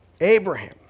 Abraham